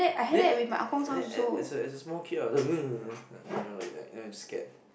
then and as a as a small kid right I was you know like like you know when you scared